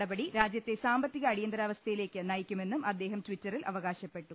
നടപടി രാജ്യത്തെ സാമ്പത്തിക അടിയന്തരാവസ്ഥയിലേക്ക് നയിക്കു മെന്നും അദ്ദേഹം ട്വിറ്ററിൽ അവകാശപ്പെട്ടു